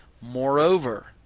Moreover